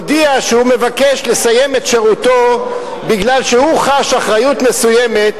הודיע שהוא מבקש לסיים את שירותו מפני שהוא חש אחריות מסוימת